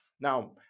Now